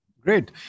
Great